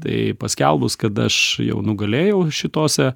tai paskelbus kad aš jau nugalėjau šitose